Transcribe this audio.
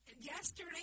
Yesterday